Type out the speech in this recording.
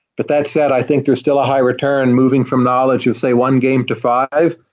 but that said, i think there's still ah high return moving from knowledge of say one game to five,